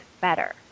better